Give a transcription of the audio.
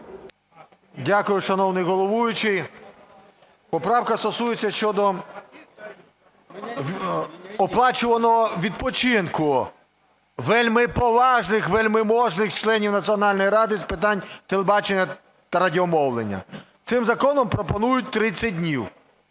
Дякую, шановний головуючий. Поправка стосується щодо оплачуваного відпочинку вельмиповажних, вельможних членів Національної ради з питань телебачення і радіомовлення. Цим законом пропонують 30 днів